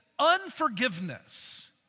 Unforgiveness